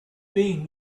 bean